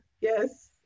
yes